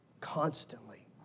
Constantly